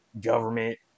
government